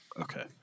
okay